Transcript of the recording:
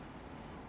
the prime ah